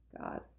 god